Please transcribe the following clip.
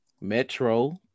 Metro